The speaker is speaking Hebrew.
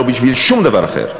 לא בשביל שום דבר אחר.